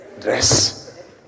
dress